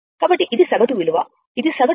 కాబట్టి ఇది సగటు విలువ ఇది సగటు విలువ